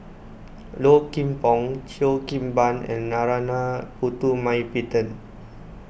Low Kim Pong Cheo Kim Ban and Narana Putumaippittan